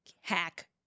hack